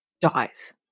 dies